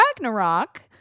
Ragnarok